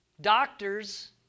doctors